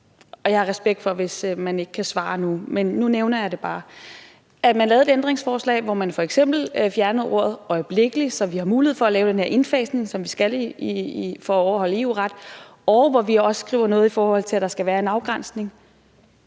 og jeg har respekt for, hvis man ikke kan svare nu, men nu nævner jeg det bare – at man lavede et ændringsforslag, hvor man f.eks. fjernede ordet øjeblikkeligt, så vi har mulighed for at lave den her indfasning, som vi skal for at overholde EU-retten, og hvor man også skrev noget om, at der skal være en afgrænsning?